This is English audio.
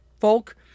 folk